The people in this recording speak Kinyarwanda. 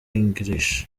eng